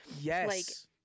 Yes